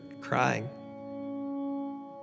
crying